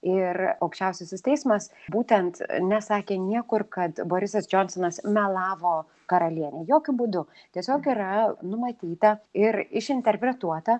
ir aukščiausiasis teismas būtent nesakė niekur kad borisas džonsonas melavo karalienei jokiu būdu tiesiog yra numatyta ir išinterpretuota